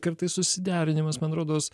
kartais susiderinimas man rodos